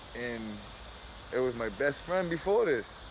and it was my best friend before this.